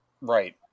Right